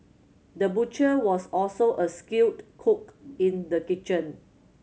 the butcher was also a skilled cook in the kitchen